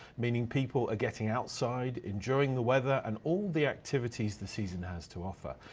meaning people are getting outside enjoying the weather and all the activities the season has to offer,